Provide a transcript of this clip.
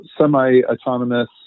semi-autonomous